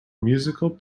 musical